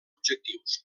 objectius